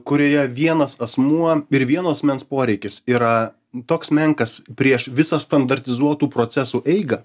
kurioje vienas asmuo ir vieno asmens poreikis yra toks menkas prieš visą standartizuotų procesų eigą